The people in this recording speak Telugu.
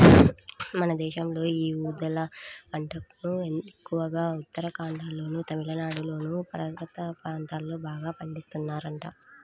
మన దేశంలో యీ ఊదల పంటను ఎక్కువగా ఉత్తరాఖండ్లోనూ, తమిళనాడులోని పర్వత ప్రాంతాల్లో బాగా పండిత్తన్నారంట